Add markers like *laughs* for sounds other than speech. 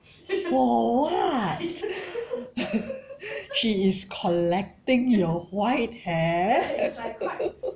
for what *laughs* she is collecting your white hair *laughs*